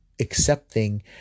accepting